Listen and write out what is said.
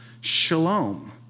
shalom